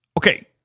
Okay